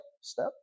step